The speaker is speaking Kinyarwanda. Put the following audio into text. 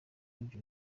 ibyo